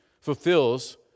fulfills